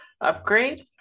upgrade